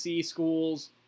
schools